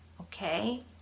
Okay